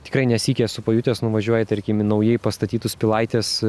tikrai ne sykį esu pajutęs nuvažiuoji tarkim į naujai pastatytus pilaitės